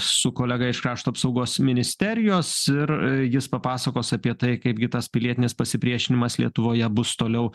su kolega iš krašto apsaugos ministerijos ir jis papasakos apie tai kaipgi tas pilietinis pasipriešinimas lietuvoje bus toliau